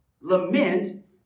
Lament